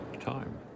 time